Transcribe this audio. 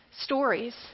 stories